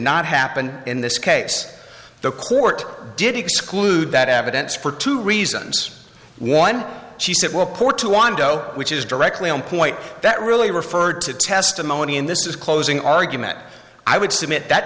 not happen in this case the court did exclude that evidence for two reasons one she said will pour two wando which is directly on point that really referred to testimony in this is closing argument i would submit that